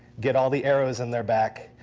get all the arrows in their back,